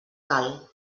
cal